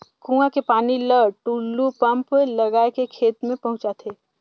कुआं के पानी ल टूलू पंप लगाय के खेत में पहुँचाथे